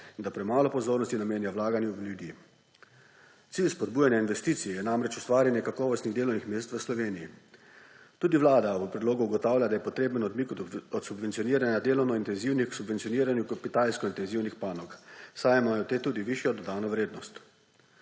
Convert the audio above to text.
in da premalo pozornosti namenja vlaganju v ljudi. Cilj spodbujanja investicij je namreč ustvarjanje kakovostnih delovnih mest v Sloveniji. Tudi Vlada v predlogu ugotavlja, da je potreben odmik od subvencioniranja delovno intenzivnih k subvencioniranju kapitalsko intenzivnih panog, saj imajo te tudi višjo dodano vrednost.